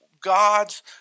God's